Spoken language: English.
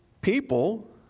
people